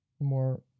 More